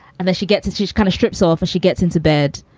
and then she gets this huge kind of strips off as she gets into bed.